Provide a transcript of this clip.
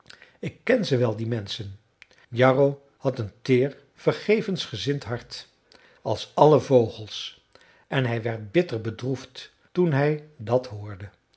ik ken ze wel die menschen jarro had een teer vergevensgezind hart als alle vogels en hij werd bitter bedroefd toen hij dat hoorde